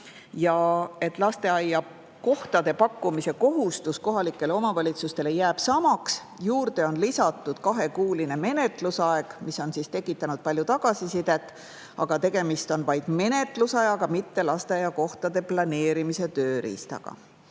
Ja lasteaiakohtade pakkumise kohustus kohalikele omavalitsustele jääb samaks, juurde on lisatud kahekuuline menetlusaeg, mis on tekitanud palju tagasisidet, aga tegemist on vaid menetlusajaga, mitte lasteaiakohtade planeerimise tööriistaga.